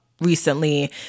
recently